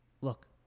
look